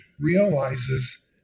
realizes